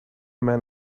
men